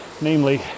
namely